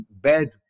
bad